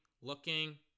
looking